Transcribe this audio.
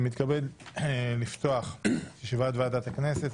אני מתכבד לפתוח את ישיבת ועדת הכנסת.